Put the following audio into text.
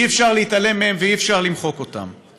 ואי-אפשר להתעלם מהם ואי-אפשר למחוק אותם.